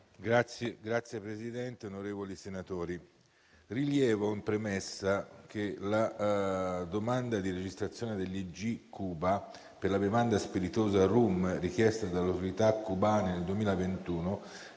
Signor Presidente, onorevoli senatori, rilevo in premessa che la domanda di registrazione dell'IG Cuba per la bevanda spiritosa rum richiesta dall'autorità cubana nel 2021